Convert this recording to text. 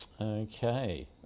Okay